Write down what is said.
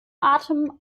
atem